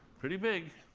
pretty big.